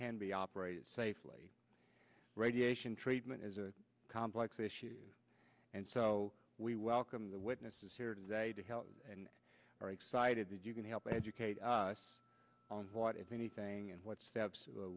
can be operated safely radiation treatment is a complex issue and so we welcome the witnesses here today to help and are excited that you can help educate us on what if anything and what steps